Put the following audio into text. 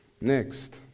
Next